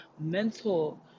mental